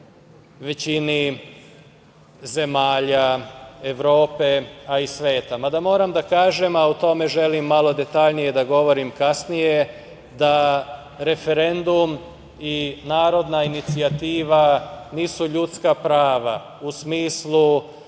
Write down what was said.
većini zemalja Evrope a i sveta. Mada, moram da kažem, a o tome želim malo detaljnije da govorim kasnije, da referendum i narodna inicijativa nisu ljudska prava, u smislu